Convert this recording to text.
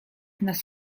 nas